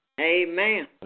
Amen